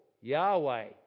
yahweh